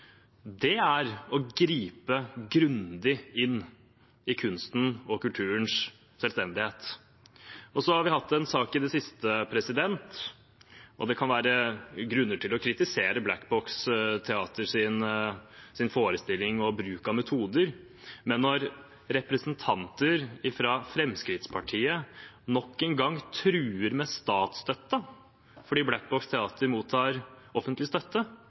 Det er å gripe grundig inn i kunsten og kulturens selvstendighet. Til en sak vi har hatt i det siste. Det kan være grunner til å kritisere Black Box Teaters forestilling og bruk av metoder, men når representanter fra Fremskrittspartiet nok en gang truer med statsstøtten – Black Box Teater mottar offentlig støtte